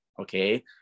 Okay